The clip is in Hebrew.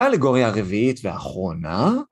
אלגוריה רביעית ואחרונה...